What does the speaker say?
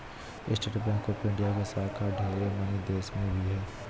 state Bank of India के शाखा ढेर मनी देश मे भी हय